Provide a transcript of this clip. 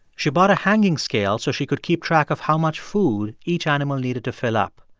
she bought a hanging scale so she could keep track of how much food each animal needed to fill up.